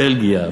בלגיה,